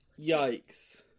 Yikes